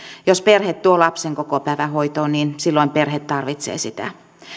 jos perhe tuo lapsen kokopäivähoitoon niin silloin perhe tarvitsee sitä